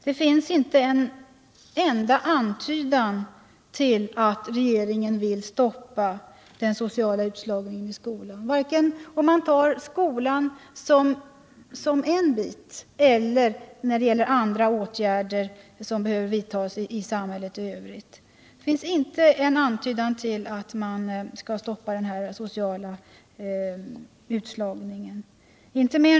Det finns inte en enda antydan till att regeringen vill stoppa den sociala utslagningen i skolan, varken isolerat inom skolan eller genom åtgärder som skulle behöva vidtas i samhället i övrigt.